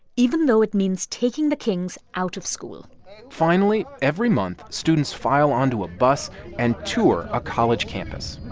even though it means taking the kings out of school finally, every month, students file onto a bus and tour a college campus